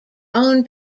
own